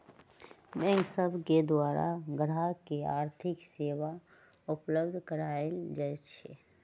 bank सब के द्वारा गाहक के आर्थिक सेवा उपलब्ध कराएल जाइ छइ